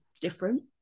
different